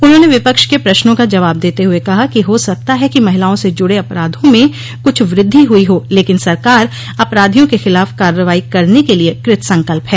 उन्होंने विपक्ष के प्रश्नों का जवाब देते हुए कहा कि हो सकता है कि महिलाओं से जुड़े अपराधों में कुछ वृद्धि हुई हो लेकिन सरकार अपराधियों के खिलाफ कार्रवाई करने के लिए कृत संकल्प है